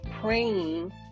praying